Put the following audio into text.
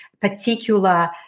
particular